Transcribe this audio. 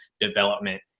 development